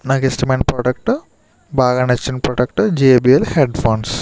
నాకు ఇష్టమైన ప్రోడక్ట్ బాగా నచ్చిన ప్రొటెక్ట్ జేబీఎల్ హెడ్ఫోన్స్